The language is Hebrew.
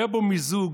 היה בו מיזוג